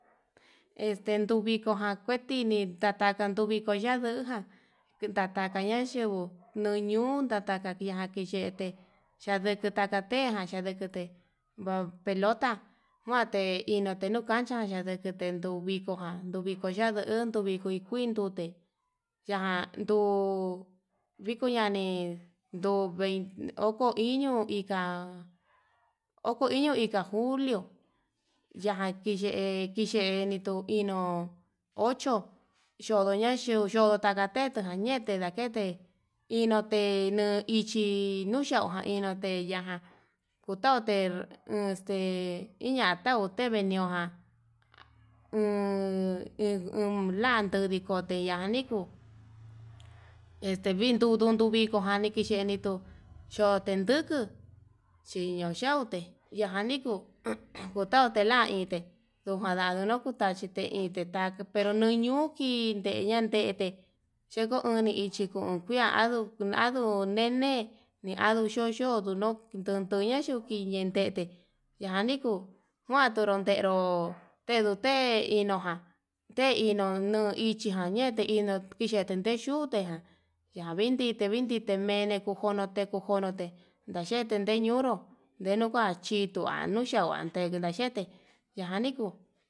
Este ndejuiko jan kuetini ndatanka viko yundadu, ndujan ndutakaña yuu nuñuu ndataka ñati iyete ndadaka ndetakate ka'a yandekete va pelote njuante iante no'o cancha yandekete nduu viko jan viko ya'a nduu tun viku kuindo, ndee yanduu viko ñanii duu vein oko iño, ika oko iño ika julio yakiye kiye nikenitu iño ocho iño ya'a yo'ó takateto ñanete ndakete, inote ichi inochau iñote yajan kutau te'e este iña tau tevee ño'o ja ummm ummm landute kote yaniku este vin dudun tu viko jani kexhene ndo xhote nduku, xhiño xhaute yajan nikuu kutaute la'a ité ndojo nruu nakutachi te'e inde ta pero nuu ñuu tinde yandete cheko ichin kundia, aduu andunene andu yoyo nduduña ndakuntiñe ndete yani kuu kuan nduru tenró tedute inoján tee ito nunduchi nayee te ino jan te ino nuu ichi jan ñee te ino inde tindexhu, ndute jan yan ndetite ndetite mene kojono teko'o jonte ndaxheite ndei ñuuru ndenujuan chí nguanu ndajane nacha xhete ndikuani kuu.